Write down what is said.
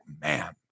man